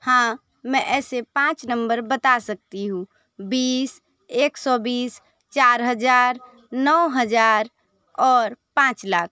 हाँ मैं ऐसे पाँच नंबर बता सकती हूँ बीस एक सौ बीस चार हज़ार नौ हज़ार और पाँच लाख